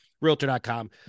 Realtor.com